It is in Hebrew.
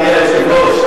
אדוני היושב-ראש,